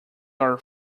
are